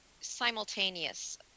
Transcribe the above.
simultaneous